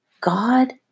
God